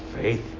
faith